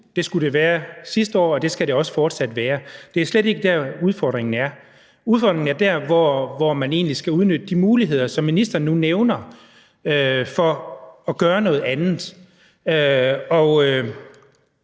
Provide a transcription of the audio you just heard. Det skulle det være sidste år, og det skal det også fortsat være. Det er slet ikke der, udfordringen er. Udfordringen er der, hvor man egentlig skal udnytte de muligheder, som ministeren nu nævner, for at gøre noget andet.